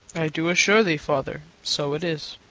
i do assure thee, father, so it is.